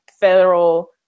federal